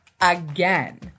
again